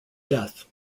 death